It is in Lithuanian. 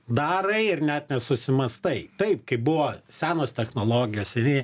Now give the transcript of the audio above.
darai ir net nesusimąstai taip kai buvo senos technologijos seni